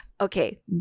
Okay